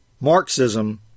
Marxism